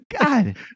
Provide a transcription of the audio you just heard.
God